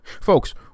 Folks